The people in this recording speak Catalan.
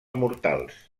mortals